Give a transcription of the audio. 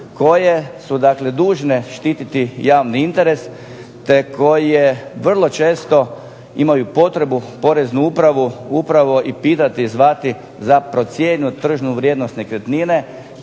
koje su dužne štititi javni interes te koje vrlo često imaju potrebnu poreznu upravu upravo i pitati, zvati, za procijenjenu tržišnu vrijednost nekretnine